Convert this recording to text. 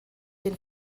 den